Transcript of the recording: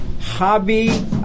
hobby